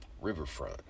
Riverfront